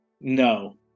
No